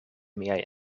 miaj